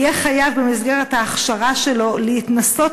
יהיה חייב במסגרת ההכשרה שלו להתנסות